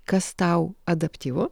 kas tau adaptyvu